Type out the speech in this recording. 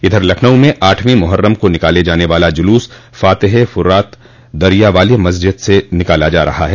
इधर लखनऊ में आठवीं मोहर्रम को निकाला जाने वाला जुलूस फातेह ए फ़रात दरियावाली मस्जिद से निकाला जा रहा है